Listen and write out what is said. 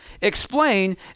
explain